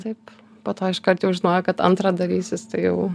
taip po to iškart jau žinojau kad antrą dalysis tai jau